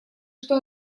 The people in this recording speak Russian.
что